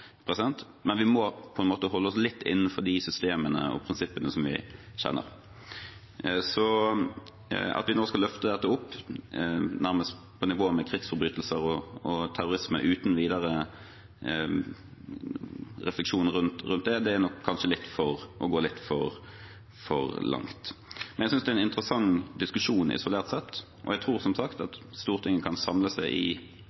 men vi må på en måte holde oss litt innenfor de systemene og prinsippene som vi kjenner. Det at vi nå skal løfte dette opp nærmest på nivå med krigsforbrytelser og terrorisme uten videre refleksjon rundt det, det er nok kanskje å gå litt for langt. Men jeg synes det er en interessant diskusjon isolert sett, og jeg tror som sagt